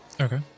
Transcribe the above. Okay